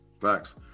Facts